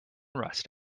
rust